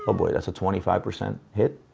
ah boy, that's a twenty five percent hit.